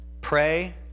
Pray